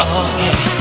okay